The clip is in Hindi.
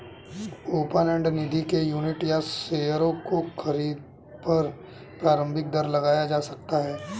ओपन एंड निधि के लिए यूनिट या शेयरों की खरीद पर प्रारम्भिक दर लगाया जा सकता है